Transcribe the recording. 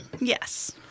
Yes